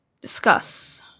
discuss